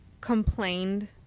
complained